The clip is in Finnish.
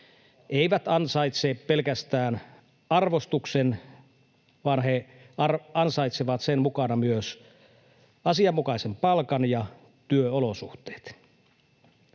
eivät ansaitse pelkästään arvostusta, vaan he ansaitsevat sen mukana myös asianmukaisen palkan ja työolosuhteet.